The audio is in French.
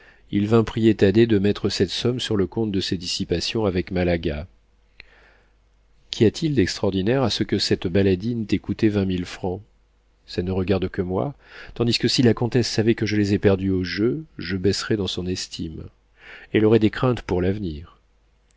il vint prier thaddée de mettre cette somme sur le compte de ses dissipations avec malaga qu'y a-t-il d'extraordinaire à ce que cette baladine t'ait coûté vingt mille francs ça ne regarde que moi tandis que si la comtesse savait que je les ai perdus au jeu je baisserais dans son estime elle aurait des craintes pour l'avenir